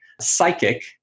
psychic